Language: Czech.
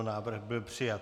Návrh byl přijat.